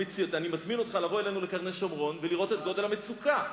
אני מזמין אותך לבוא אלינו לקרני-שומרון ולראות את גודל המצוקה.